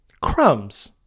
Crumbs